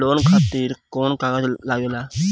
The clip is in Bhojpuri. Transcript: लोन खातिर कौन कागज लागेला?